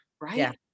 right